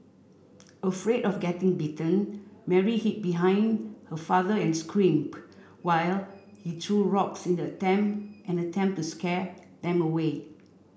afraid of getting bitten Mary hid behind her father and screamed while he threw rocks in an attempt and attempt to scare them away